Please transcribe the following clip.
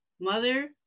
Mother